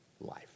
life